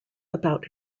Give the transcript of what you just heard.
about